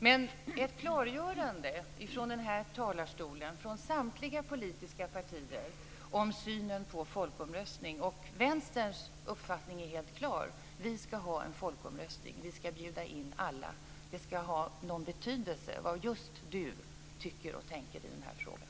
Men det skulle vara bra med ett klargörande från den här talarstolen från samtliga politiska partier om deras syn på folkomröstning. Vänsterns uppfattning är helt klar: Vi ska ha en folkomröstning och vi ska bjuda in alla. Det ska ha någon betydelse vad just du tycker och tänker i den här frågan.